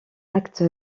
acte